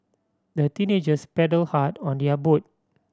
the teenagers paddled hard on their boat